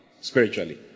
spiritually